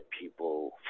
people